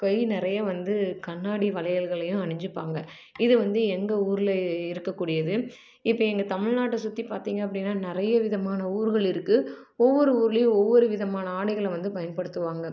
கை நிறைய வந்து கண்ணாடி வளையல்களையும் அணிஞ்சிப்பாங்க இது வந்து எங்கள் ஊரில் இருக்கக்கூடியது இப்போ எங்கள் தமிழ்நாட்டை சுற்றி பார்த்தீங்க அப்படினா நிறைய விதமான ஊர்கள் இருக்கு ஒவ்வொரு ஊர்லையும் ஒவ்வொரு விதமான ஆடைகளை வந்து பயன்படுத்துவாங்க